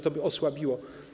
To by osłabiło.